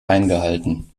eingehalten